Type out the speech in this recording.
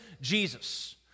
Jesus